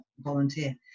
volunteer